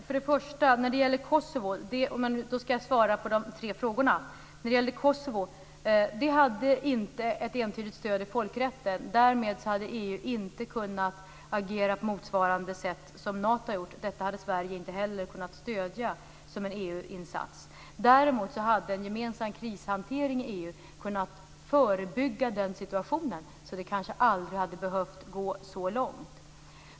Fru talman! Jag skall svara på de tre frågorna. Ingripandet i Kosovo hade inte ett entydigt stöd i folkrätten. Därmed hade EU inte kunnat agera på motsvarande sätt som Nato har gjort. Detta hade Sverige inte kunna stödja som en EU-insats. Däremot hade en gemensam krishantering i EU kunnat förebygga den situationen. Då hade det kanske inte behövt gå så långt.